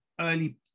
early